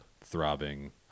throbbing